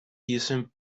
using